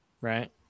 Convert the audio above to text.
right